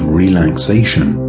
relaxation